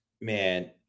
man